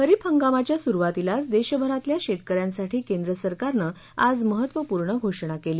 खरीप हंगामाच्या सुरुवातीलाच देशभरातल्या शेतकऱ्यांसाठी केंद्रसरकारनं आज महत्त्वपूर्ण घोषणा केली